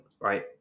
right